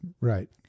Right